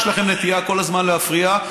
יש לכם נטייה כל הזמן להפריע,